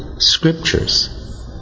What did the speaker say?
scriptures